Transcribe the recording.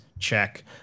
check